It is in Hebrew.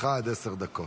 לרשותך עד עשר דקות.